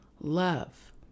love